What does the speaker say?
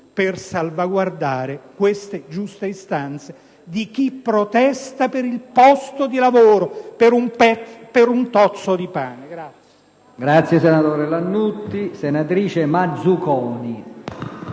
per salvaguardare le giuste istanze di chi protesta per il posto di lavoro e per un tozzo di pane. **Sugli